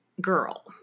girl